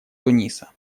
туниса